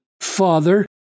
Father